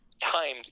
timed